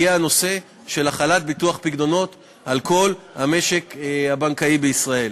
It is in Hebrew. יהיה הנושא של החלת ביטוח פיקדונות על כל המשק הבנקאי בישראל.